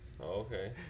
Okay